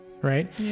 right